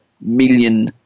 million